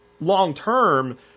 long-term